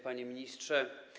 Panie Ministrze!